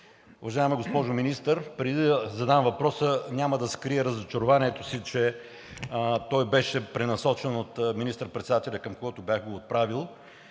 Уважаема госпожо Министър, преди да задам въпроса – няма да скрия разочарованието си, че той беше пренасочен от министър-председателя, към когото бях го отправил.